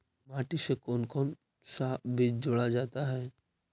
माटी से कौन कौन सा बीज जोड़ा जाता है?